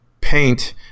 paint